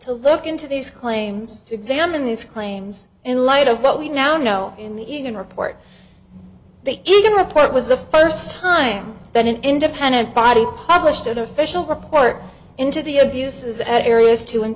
to look into these claims to examine these claims in light of what we now know in the evening report they even report was the first time that an independent body published an official report into the abuses at areas two and